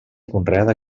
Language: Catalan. conreada